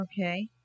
Okay